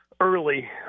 early